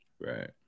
Right